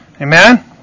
amen